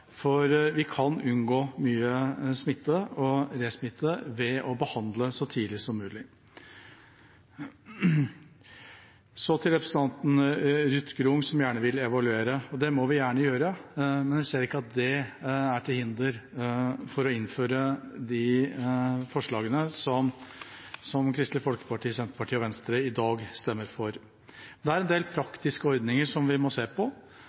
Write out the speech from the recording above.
for vi kan unngå mye smitte og resmitte ved å behandle så tidlig som mulig. Så til representanten Ruth Grung, som gjerne vil evaluere. Det må vi gjerne gjøre, men jeg ser ikke at det er til hinder for å gjennomføre de forslagene som Kristelig Folkeparti, Senterpartiet og Venstre i dag stemmer for. Det er en del praktiske ordninger som vi må se på,